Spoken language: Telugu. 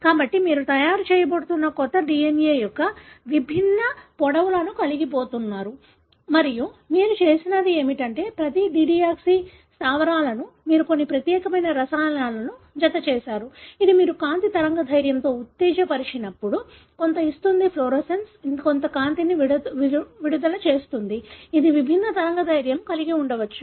కాబట్టి మీరు తయారు చేయబడుతున్న కొత్త DNA యొక్క విభిన్న పొడవులను కలిగి ఉండబోతున్నాయి మరియు మీరు చేసినది ఏమిటంటే ప్రతి డైడియోక్సీ స్థావరాలకు మీరు కొన్ని ప్రత్యేకమైన రసాయనాలను జత చేసారు ఇది మీరు కాంతి తరంగదైర్ఘ్యంతో ఉత్తేజపరిచినప్పుడు కొంత ఇస్తుంది ఫ్లోరోసెన్స్ కొంత కాంతిని విడుదల చేస్తుంది ఇది విభిన్న తరంగదైర్ఘ్యం కలిగివుండవచ్చు